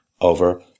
over